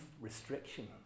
restriction